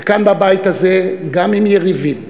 וכאן בבית הזה, גם עם יריבים,